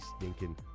stinking